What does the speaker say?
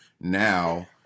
now